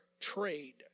trade